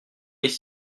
les